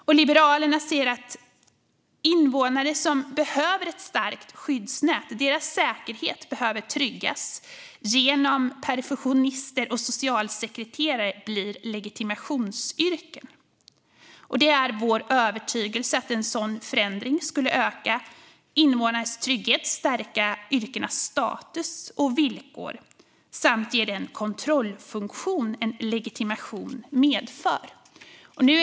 Vi i Liberalerna ser att säkerheten för invånare som behöver ett starkt skyddsnät behöver tryggas genom att perfusionist och socialsekreterare blir legitimationsyrken. Det är vår övertygelse att en sådan förändring skulle öka invånarnas trygghet, stärka yrkenas status och villkor samt ge den kontrollfunktion som en legitimation medför.